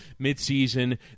midseason